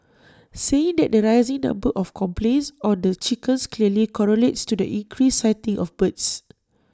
saying that the rising number of complaints on the chickens clearly correlates to the increased sighting of birds